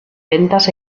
ventas